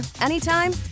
anytime